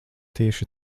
tieši